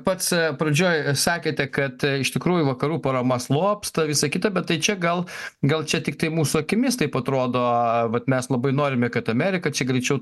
pats pradžioj sakėte kad iš tikrųjų vakarų parama slopsta visa kita bet tai čia gal gal čia tiktai mūsų akimis taip atrodo vat mes labai norime kad amerika čia greičiau